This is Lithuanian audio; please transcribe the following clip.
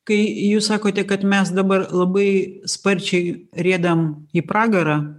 kai jūs sakote kad mes dabar labai sparčiai riedam į pragarą